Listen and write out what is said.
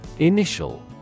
Initial